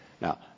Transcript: Now